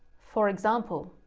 for example,